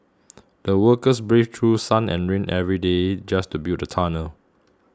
the workers braved through sun and rain every day just to build the tunnel